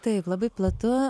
tai labai platu